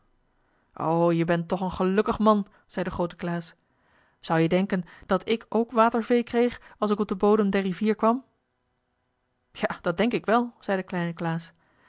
o je bent toch een gelukkig man zei de groote klaas zou je denken dat ik ook watervee kreeg als ik op den bodem der rivier kwam ja dat denk ik wel zei de kleine klaas